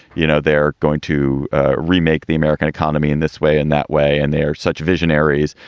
you know, they're going to remake the american economy in this way. in that way. and they're such visionaries.